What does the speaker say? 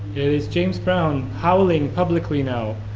it is james brown howling publicly now